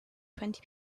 twenty